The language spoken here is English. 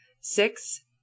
six